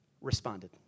responded